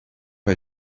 vai